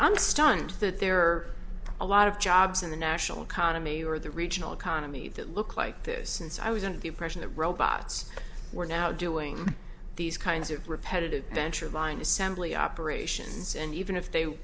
understand that there are a lot of jobs in the national economy or the regional economy that look like this since i was under the impression that robots were now doing these kinds of repetitive venture of mine assembly operations and even if they